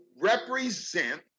represent